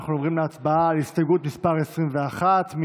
אנחנו עוברים להצבעה על הסתייגות מס' 22. בבקשה,